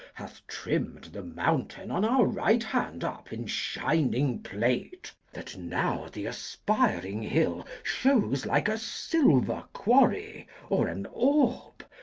hath trimmed the mountain on our right hand up in shining plate, that now the aspiring hill shews like a silver quarry or an orb,